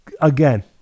Again